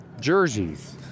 jerseys